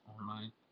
online